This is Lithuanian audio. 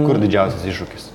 kur didžiausias iššūkis